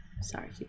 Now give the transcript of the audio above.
Sorry